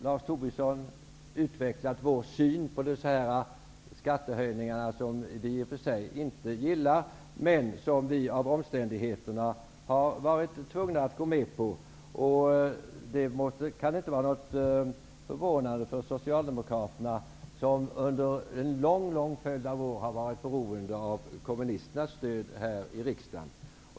Lars Tobisson har utvecklat vår syn på dessa skattehöjningar, som vi i och för sig inte gillar men som vi av omständigheterna har varit tvungna att gå med på. Det kan inte vara förvånande för Socialdemokraterna, som under en lång följd av år har varit beroende av kommunisternas stöd här i riksdagen.